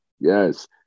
Yes